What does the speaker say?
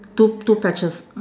two two patches